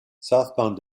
southbound